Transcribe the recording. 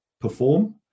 perform